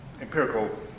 empirical